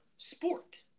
Sport